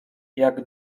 jak